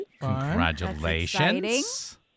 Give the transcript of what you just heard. congratulations